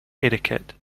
etiquette